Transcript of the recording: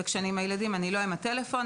וכשאני עם הילדים אני לא עם הטלפון,